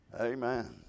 Amen